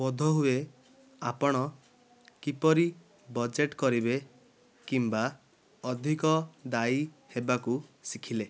ବୋଧ ହୁଏ ଆପଣ କିପରି ବଜେଟ୍ କରିବେ କିମ୍ବା ଅଧିକ ଦାୟୀ ହେବାକୁ ଶିଖିଲେ